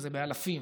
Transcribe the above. וזה באלפים,